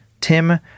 Tim